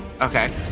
Okay